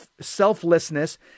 selflessness